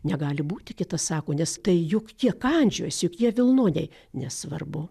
negali būti kita sako nes tai juk jie kandžiojasi juk jie vilnoniai nesvarbu